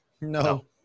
No